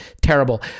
Terrible